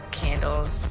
candles